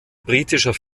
britischer